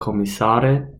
kommissare